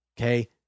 Okay